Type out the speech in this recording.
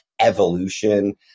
evolution